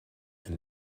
and